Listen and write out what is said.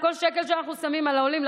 על כל שקל שאנחנו שמים על העולים,